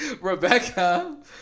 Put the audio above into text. Rebecca